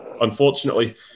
unfortunately